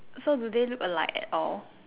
so do they look alike at all